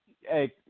Hey